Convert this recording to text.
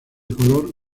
color